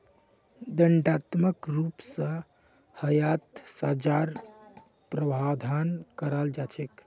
दण्डात्मक रूप स यहात सज़ार प्रावधान कराल जा छेक